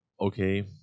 okay